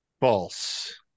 false